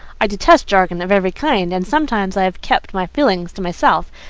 i detest jargon of every kind, and sometimes i have kept my feelings to myself,